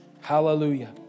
Hallelujah